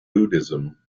buddhism